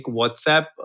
WhatsApp